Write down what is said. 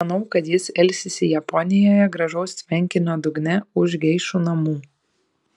manau kad jis ilsisi japonijoje gražaus tvenkinio dugne už geišų namų